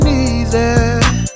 easy